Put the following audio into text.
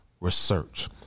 research